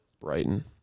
Brighton